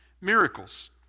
miracles